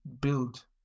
build